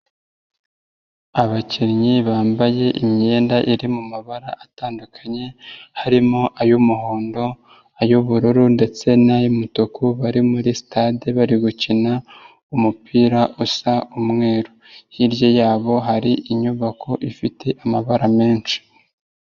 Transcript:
Abakinnyi bambaye imyenda iri mu mumabara atandukanye harimo ay'umuhondo, ay'ubururu ndetse n'ay'umutuku bari muri sitade bari gukina umupira usa umweru, hirya yabo hari inyubako ifite amabara menshi.